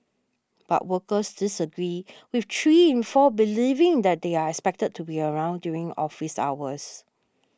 but workers disagreed with three in four believing that they are expected to be around during office hours